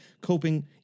coping